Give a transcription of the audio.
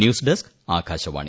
news desk Akashvani